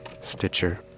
Stitcher